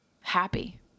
happy